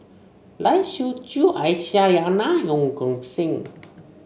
Lai Siu Chiu Aisyah Lyana and Ong Kim Seng